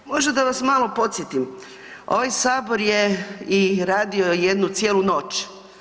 Možda da vas malo podsjetim, ovaj sabor je radio i jednu cijelu noć.